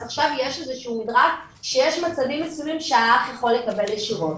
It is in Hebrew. אז עכשיו יש איזה שהוא דרפאט שיש מצבים מסוימים שהאח יכול לקבל ישירות.